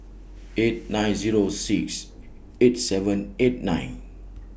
eight nine Zero six eight seven eight nine